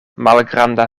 malgranda